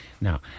Now